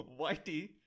Whitey